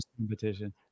Competition